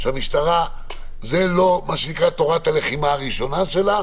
שהמשטרה זה לא מה שנקרא תורת הלחימה הראשונה שלה,